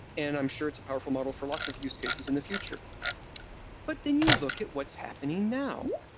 and i'm sure it's powerful model for lots of use cases in the future but then you look at what's happening now.